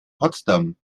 potsdam